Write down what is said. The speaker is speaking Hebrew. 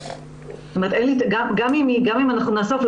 צריך להיות ברור שגם אם אנחנו נאסוף,